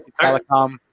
telecom